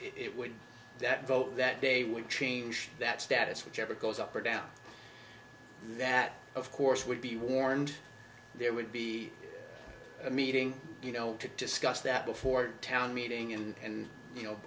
it would be that vote that day would change that status whichever goes up or down that of course would be warned there would be a meeting you know to discuss that before town meeting and you know